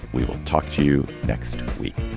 we will talk to you next week